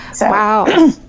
Wow